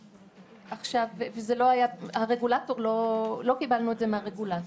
לא קיבלנו את זה מהרגולטור.